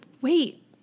wait